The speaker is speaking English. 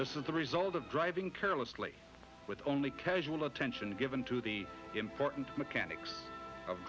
this is the result of driving carelessly with only casual attention given to the important mechanics of